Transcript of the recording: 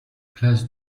place